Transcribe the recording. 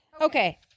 Okay